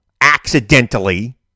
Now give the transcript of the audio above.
Accidentally